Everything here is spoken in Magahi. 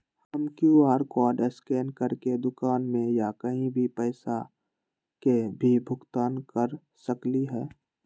हम कियु.आर कोड स्कैन करके दुकान में या कहीं भी पैसा के भुगतान कर सकली ह?